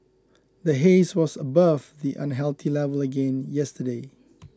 the haze was above the unhealthy level again yesterday